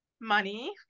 money